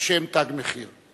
השם "תג מחיר".